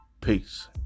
peace